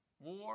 War